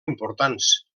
importants